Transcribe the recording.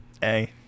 hey